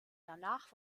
danach